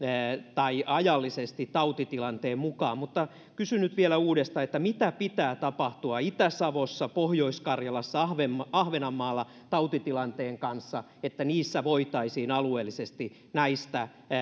tai ajallisesti tautitilanteen mukaan mutta kysyn nyt vielä uudestaan mitä pitää tapahtua itä savossa pohjois karjalassa tai ahvenanmaalla tautitilanteen kanssa että niissä voitaisiin alueellisesti näistä